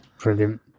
Brilliant